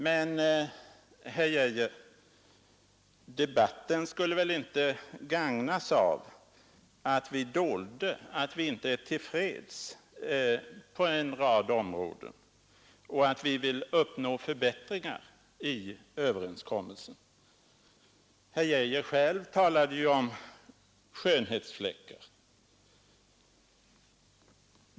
Men, herr Geijer, debatten skulle väl inte gagnas av att vi dolde att vi inte är till freds på en rad områden och att vi vill uppnå förbättringar i överenskommelsen. Herr Geijer själv talade ju om skönhetsfläckar.